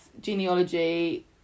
genealogy